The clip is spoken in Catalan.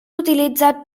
utilitzat